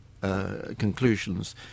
conclusions